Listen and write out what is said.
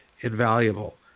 invaluable